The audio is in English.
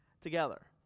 together